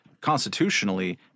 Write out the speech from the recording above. constitutionally –